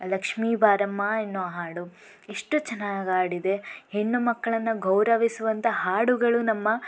ಲಕ್ಷಿ ಬಾರಮ್ಮ ಎನ್ನೋ ಹಾಡು ಇಷ್ಟು ಚೆನ್ನಾಗಿ ಹಾಡಿದೆ ಹೆಣ್ಣುಮಕ್ಕಳನ್ನು ಗೌರವಿಸುಂತಹ ಹಾಡುಗಳು ನಮ್ಮ